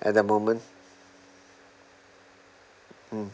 at the moment mm